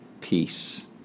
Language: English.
peace